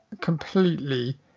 completely